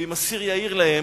ואם אסיר יעיר להם,